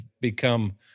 become